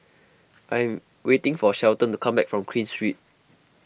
I am waiting for Shelton to come back from Queen Street